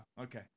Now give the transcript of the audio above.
okay